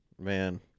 Man